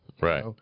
Right